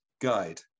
guide